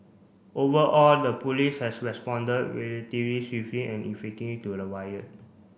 overall the police has responded swiftly and to the riot